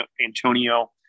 Antonio